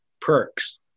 perks